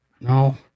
No